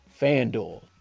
FanDuel